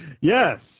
Yes